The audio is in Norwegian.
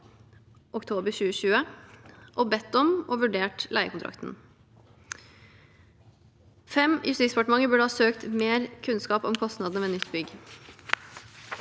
og bedt om og vurdert leiekontrakten. 5. Justisdepartementet burde ha søkt mer kunnskap om kostnadene ved nytt bygg.